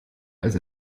als